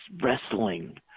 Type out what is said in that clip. wrestling